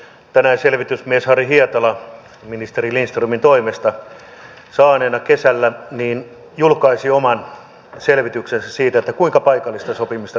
tänään selvitysmies harri hietala ministeri lindströmiltä kesällä toimeksi saaneena julkaisi oman selvityksensä siitä kuinka paikallista sopimista tulisi kehittää